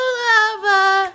lover